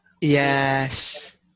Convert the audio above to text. Yes